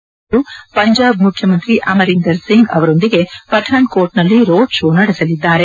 ನಂತರ ಅವರು ಪಂಜಾಬ್ ಮುಖ್ಯಮಂತ್ರಿ ಅಮರಿಂದರ್ ಸಿಂಗ್ ಅವರೊಂದಿಗೆ ಪರಾನ್ಕೋಟ್ನಲ್ಲಿ ರೋಡ್ ಷೋ ನಡೆಸಲಿದ್ದಾರೆ